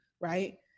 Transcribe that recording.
right